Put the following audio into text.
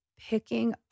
picking